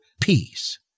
peace